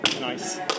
Nice